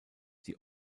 die